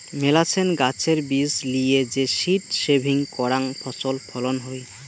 মেলাছেন গাছের বীজ লিয়ে যে সীড সেভিং করাং ফছল ফলন হই